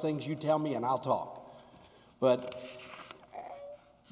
things you tell me and i'll talk but